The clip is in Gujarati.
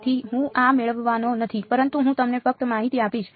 તેથી હું આ મેળવવાનો નથી પરંતુ હું તમને ફક્ત માહિતી આપીશ